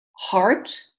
heart